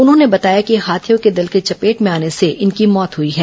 उन्होंने बताया कि हाथियों की देल की चपेट में आने से इनकी मौत हई है